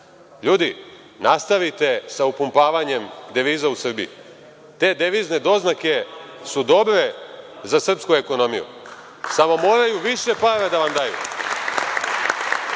ljudi, nastavite sa upumpavanjem deviza u Srbiji. Te devizne doznake su dobre za srpsku ekonomiju, samo moraju više para da vam daju,